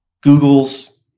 Google's